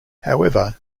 however